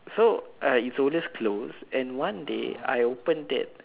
so uh it always closed and one day I opened it